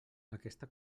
aquesta